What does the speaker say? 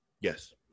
yes